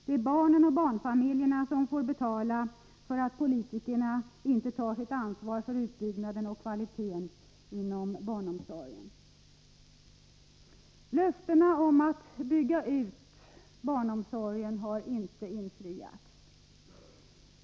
Det är barnen och barnfamiljerna som får betala för att politikerna inte tar sitt ansvar för utbyggnaden och kvaliteten inom barnomsorgen. Löftena om en snabb utbyggnad av barnomsorgen har inte infriats.